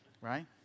right